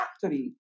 factory